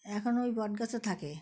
এখনও ওই বটগাছে থাকে